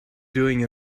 doing